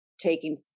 taking